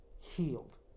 healed